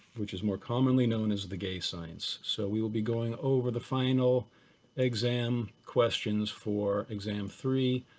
which is more commonly known as the gay science, so we will be going over the final exam questions for exam three,